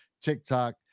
TikTok